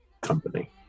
company